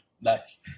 Nice